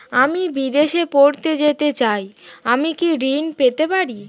আমি বিদেশে পড়তে যেতে চাই আমি কি ঋণ পেতে পারি?